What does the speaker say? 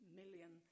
million